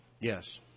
Yes